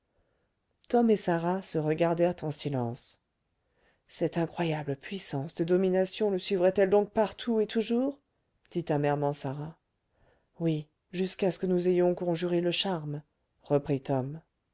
tom et sarah se regardèrent en silence cette incroyable puissance de domination le suivrait elle donc partout et toujours dit amèrement sarah oui jusqu'à ce que nous ayons conjuré le charme reprit tom